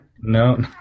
no